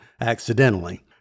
accidentally